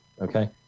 Okay